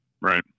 Right